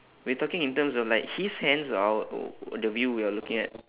we talking in terms of like his hands or our o~ the view we are looking at